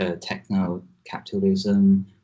techno-capitalism